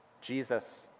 Jesus